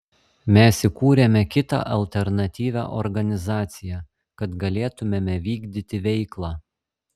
mes įkūrėme kitą alternatyvią organizaciją kad galėtumėme vykdyti veiklą